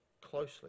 closely